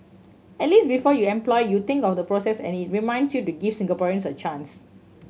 at least before you employ you think of the process and it reminds you to give Singaporeans a chance